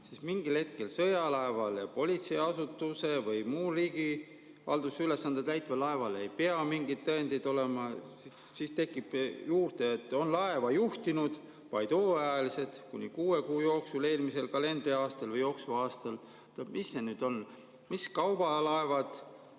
et mingil hetkel sõjalaeval, politseiasutuse või muul riigihaldusülesandeid täitval laeval ei pea mingeid tõendeid olema. Siis tuleb juurde see, et on laeva juhtinud vaid hooajaliselt kuni kuue kuu jooksul eelmisel kalendriaastal või jooksval aastal. Mis see nüüd on, mis kaubalaevad,